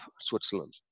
Switzerland